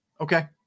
okay